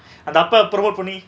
அந்த:antha app ah promote பன்னி:panni